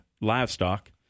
livestock